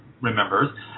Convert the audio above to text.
remembers